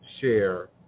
share